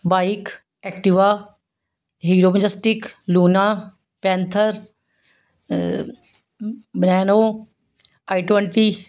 bike Activa Hero Majestic Luna Panther Baleno I twenty